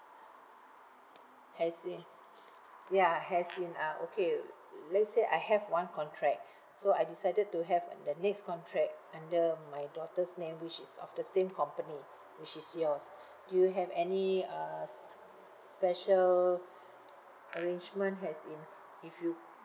as in ya as in uh okay let's say I have one contract so I decided to have uh the next contract under my daughter's name which is of the same company which is yours do you have any uh s~ special arrangement as in if you